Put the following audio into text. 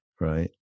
right